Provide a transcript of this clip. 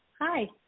Hi